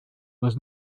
was